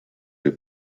der